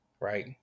Right